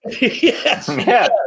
Yes